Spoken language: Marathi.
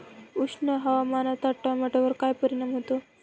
उष्ण हवामानाचा टोमॅटोवर काय परिणाम होतो?